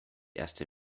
erste